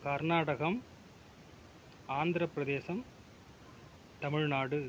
Karnataka Andhra Pradesh Tamil Nadu